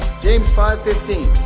james five fifteen,